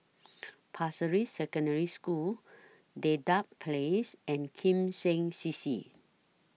Pasir Ris Secondary School Dedap Place and Kim Seng C C